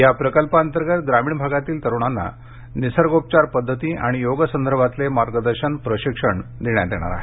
या प्रकल्पांतर्गत ग्रामीण भागातील तरुणांना निसर्गोपचार पद्धती आणि योग संदर्भातले मार्गदर्शन प्रशिक्षण देण्यात येणार आहे